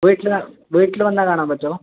വീട്ടിൽ വീട്ടിൽ വന്നാൽ കാണാൻ പറ്റുമോ